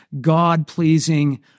God-pleasing